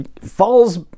falls